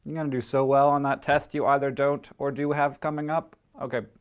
going to do so well on that test you either don't or do have coming up. ok,